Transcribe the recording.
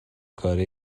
کاره